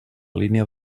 línia